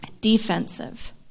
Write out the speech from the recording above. Defensive